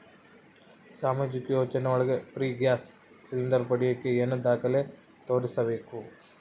ಸಾಮಾಜಿಕ ಯೋಜನೆ ಒಳಗ ಫ್ರೇ ಗ್ಯಾಸ್ ಸಿಲಿಂಡರ್ ಪಡಿಯಾಕ ಏನು ದಾಖಲೆ ತೋರಿಸ್ಬೇಕು?